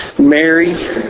Mary